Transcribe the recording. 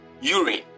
urine